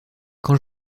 quand